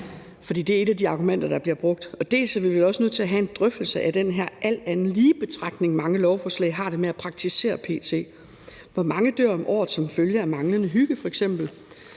For det er et af de argumenter, der bliver brugt. Vi er selvfølgelig også nødt til at have en drøftelse at den her alt andet lige-betragtning, mange lovforslag p.t. har det med at praktisere. Hvor mange dør f.eks. om året på grund af manglende hygge?